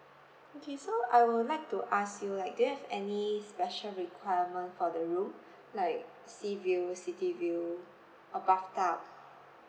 okay so I would like to ask you like do you have any special requirement for the room like sea view city view or bathtub